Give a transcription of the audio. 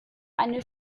eine